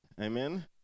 Amen